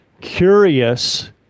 curious